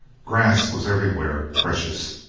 grass was everywhere precious.